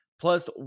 Plus